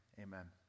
amen